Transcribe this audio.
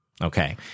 Okay